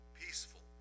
peaceful